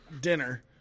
dinner